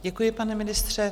Děkuji, pane ministře.